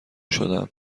شدم